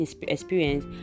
experience